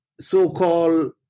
so-called